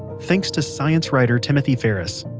thanks to science writer timothy ferris.